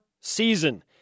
season